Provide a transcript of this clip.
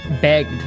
begged